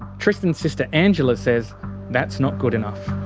tristan's sister angela says that's not good enough.